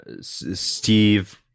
steve